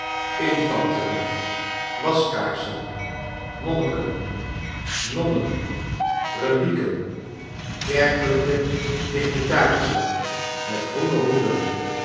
infanterie waskaarsen monniken nonnen relieken kerkelijke dignitarissen met groene hoeden